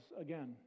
again